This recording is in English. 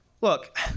Look